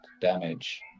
damage